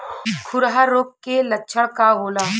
खुरहा रोग के लक्षण का होला?